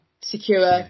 secure